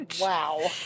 Wow